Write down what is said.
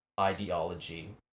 ideology